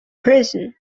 prison